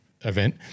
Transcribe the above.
event